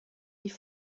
die